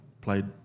...played